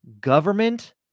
government